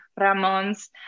Ramon's